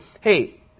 hey